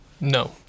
no